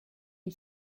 une